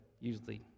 usually